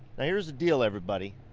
now here's the deal, everybody.